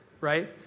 Right